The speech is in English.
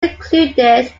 included